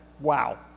Wow